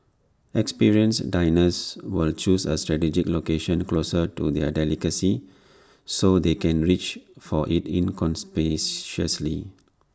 experienced diners will choose A strategic location closer to the delicacy so they can reach for IT inconspicuously